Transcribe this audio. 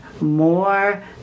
more